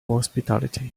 hospitality